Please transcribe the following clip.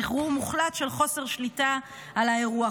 סחרור מוחלט של חוסר שליטה על האירוע,